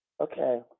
Okay